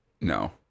No